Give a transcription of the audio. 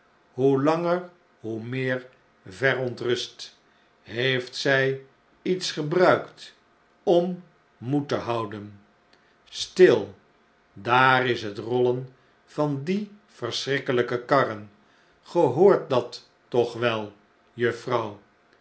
hoe langer hoe meer verontrust heeft zy iets gebruikt om moed te houden stil daar is het rollen van die verschrikkehj'ke karren i ge hoort dat toch wel